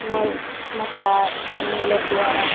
ᱢᱚᱡᱡ ᱢᱟᱪᱷᱟ ᱡᱚᱢᱼᱧᱩ ᱞᱮ ᱛᱮᱭᱟᱨᱟ